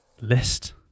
list